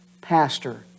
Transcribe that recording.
Pastor